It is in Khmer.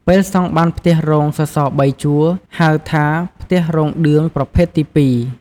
ពេលសង់បានផ្ទះរោងសសរ៣ជួរ ហៅថា ផ្ទះរោងឌឿងប្រភេទទី២។